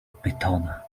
pytona